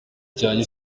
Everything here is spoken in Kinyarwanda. cyanjye